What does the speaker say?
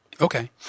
Okay